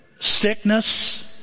sickness